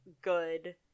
good